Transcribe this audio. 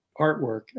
artwork